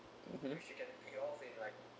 (uh huh)